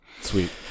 sweet